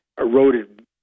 eroded